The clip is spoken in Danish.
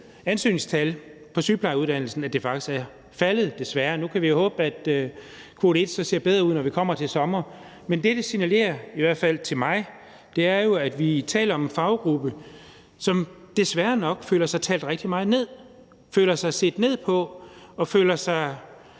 ansøgningstal på sygeplejeuddannelsen, at det desværre faktisk er faldet. Nu kan vi håbe, at kvote 1 så ser bedre ud, når vi kommer til sommer, men det, det i hvert fald til mig signalerer, er, at vi taler om en faggruppe, som desværre nok føler sig talt rigtig meget ned, føler sig set ned på og føler sig